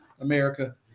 America